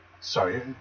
Sorry